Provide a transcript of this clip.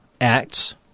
acts